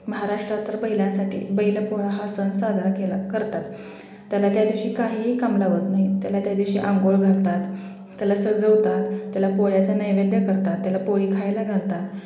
महाराष्ट्रात तर बैलांसाठी बैलपोळा हा सण साजरा केला करतात त्याला त्या दिवशी काहीही काम लावत नाही त्याला त्या दिवशी अंघोळ घालतात त्याला सजवतात त्याला पोळ्याचा नैवेद्य करतात त्याला पोळी खायला घालतात